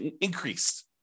increased